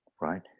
right